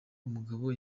umugabo